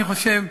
אני חושב,